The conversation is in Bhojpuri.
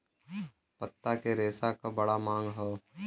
पत्ता के रेशा क बड़ा मांग हौ